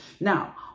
Now